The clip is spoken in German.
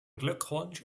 glückwunsch